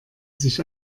sich